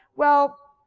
well,